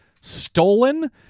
stolen